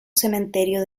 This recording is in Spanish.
cementerio